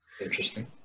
Interesting